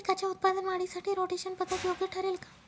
पिकाच्या उत्पादन वाढीसाठी रोटेशन पद्धत योग्य ठरेल का?